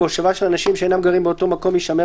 בהושבה של אנשים שאינם גרים באותו מקום יישמר